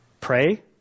Pray